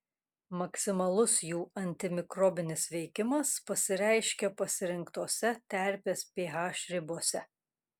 maksimalus jų antimikrobinis veikimas pasireiškia pasirinktose terpės ph ribose